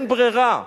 אין ברירה.